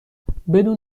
بدون